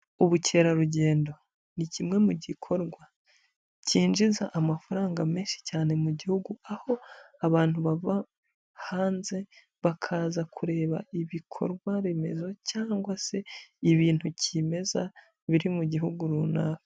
Ubukerarugendo ni kimwe mu gikorwa cyinjiza amafaranga menshi cyane mu gihugu, aho abantu baba hanze bakaza kureba ibikorwa remezo, cyangwa se ibintu kimeza biri mu gihugu runaka.